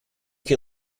can